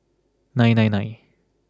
nine nine nine